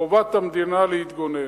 חובת המדינה להתגונן.